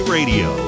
Radio